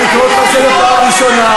אני קורא אותך לסדר פעם ראשונה.